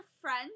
friends